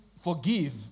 forgive